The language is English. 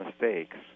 mistakes